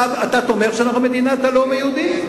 אתה תומך בזה שאנחנו מדינת הלאום היהודי?